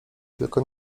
tylko